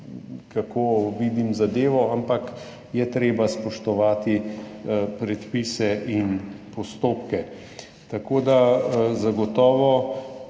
kako vidim zadevo, ampak je treba spoštovati predpise in postopke. Zagotovo